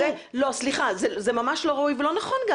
לא, סליחה, זה ממש לא ראוי וגם לא נכון.